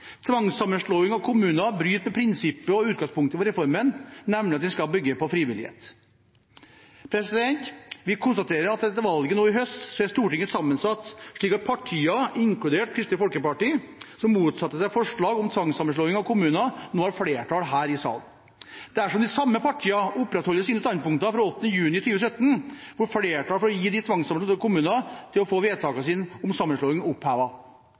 Tvangssammenslåing av kommuner bryter med prinsippet og utgangspunktet for reformen, nemlig at den skal bygge på frivillighet. Vi konstaterer at etter valget nå i høst er Stortinget sammensatt slik at partier, inkludert Kristelig Folkeparti, som motsatte seg forslag om tvangssammenslåing av kommuner, nå har flertall her i salen. Dersom de samme partiene opprettholder sine standpunkter fra 8. juni 2017, får vi flertall for at de tvangssammenslåtte kommunene kan få vedtakene om sammenslåing